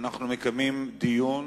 אנחנו מקיימים דיון